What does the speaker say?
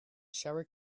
shower